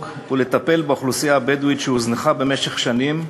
ולטפל באוכלוסייה הבדואית שהוזנחה במשך שנים.